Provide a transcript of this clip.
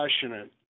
passionate